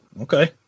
okay